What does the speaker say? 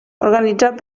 organitzat